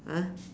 ah